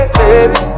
baby